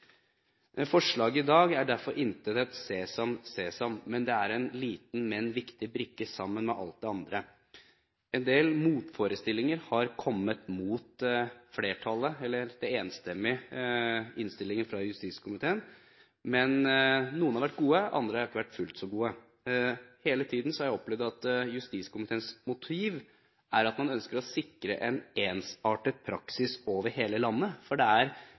Forslaget i dag er intet sesam, sesam, men det er en liten, men viktig brikke sammen med alt det andre. En del motforestillinger har kommet mot den enstemmige innstillingen fra justiskomiteen. Noen har vært gode, andre har ikke vært fullt så gode. Hele tiden har jeg opplevd at justiskomiteens motiv er at man ønsker å sikre en ensartet praksis over hele landet. For det er